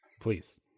Please